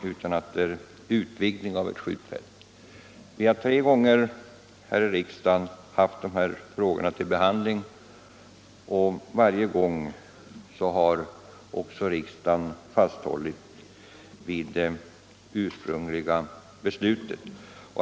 Vi har haft dessa frågor uppe till behandling i riksdagen tre gånger, och varje gång har riksdagen fasthållit vid det ursprungliga beslutet.